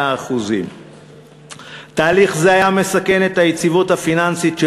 100%. תהליך זה היה מסכן את היציבות הפיננסית של